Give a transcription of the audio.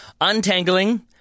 Untangling